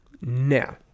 now